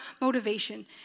motivation